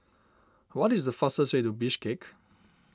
what is the fastest way to Bishkek